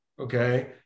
okay